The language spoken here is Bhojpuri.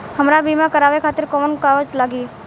हमरा बीमा करावे खातिर कोवन कागज लागी?